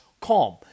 calm